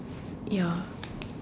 ya